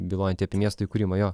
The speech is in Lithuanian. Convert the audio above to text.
bylojanti apie miesto įkūrimą jo